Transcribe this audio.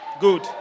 Good